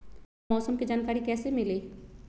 हमरा मौसम के जानकारी कैसी मिली?